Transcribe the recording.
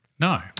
No